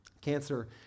cancer